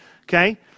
Okay